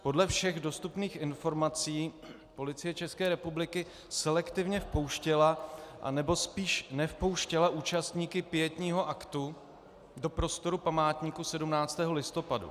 Podle všech dostupných informací Policie České republiky selektivně vpouštěla, anebo spíš nevpouštěla účastníky pietního aktu do prostoru památníku 17. listopadu.